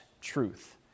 truth